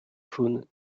faune